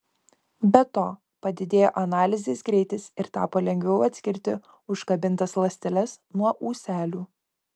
be to padidėjo analizės greitis ir tapo lengviau atskirti užkabintas ląsteles nuo ūselių